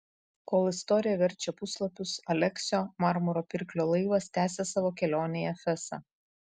kol istorija verčia puslapius aleksio marmuro pirklio laivas tęsia savo kelionę į efesą